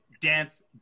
dance